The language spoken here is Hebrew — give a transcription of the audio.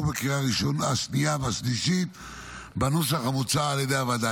בקריאה השנייה ובקריאה השלישית בנוסח המוצע על ידי הוועדה.